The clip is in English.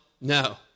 no